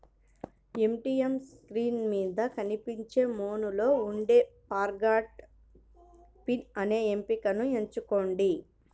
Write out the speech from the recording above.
ATM screen మీద కనిపించే మెనూలో ఉండే ఫర్గాట్ పిన్ అనే ఎంపికను ఎంచుకోండి